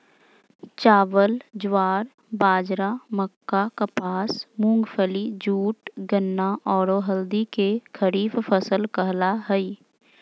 चावल, ज्वार, बाजरा, मक्का, कपास, मूंगफली, जूट, गन्ना, औरो हल्दी के खरीफ फसल कहला हइ